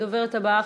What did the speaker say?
הדוברת הבאה,